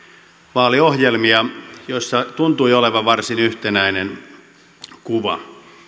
vaaliohjelmia joissa tuntui olevan varsin yhtenäinen kuva